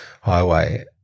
highway